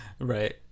Right